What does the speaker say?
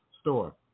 store